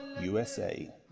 USA